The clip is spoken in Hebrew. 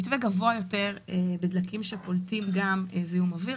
המתווה גבוה יותר בדלקים שפולטים גם זיהום אוויר,